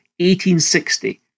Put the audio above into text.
1860